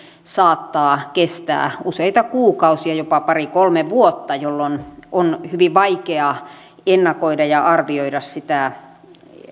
saattaa kestää useita kuukausia jopa pari kolme vuotta jolloin on hyvin vaikea ennakoida ja arvioida sitä